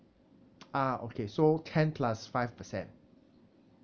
ah okay so ten plus five percent